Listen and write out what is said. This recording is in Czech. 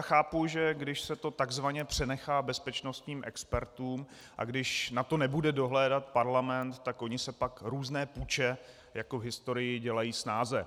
Chápu, že když se to takzvaně přenechá bezpečnostním expertům a když na to nebude dohlížet parlament, tak se pak různé puče jako v historii dělají snáze.